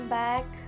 back